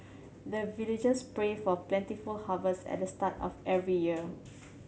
the villagers pray for plentiful harvest at the start of every year